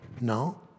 no